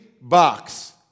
box